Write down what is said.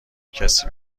کسی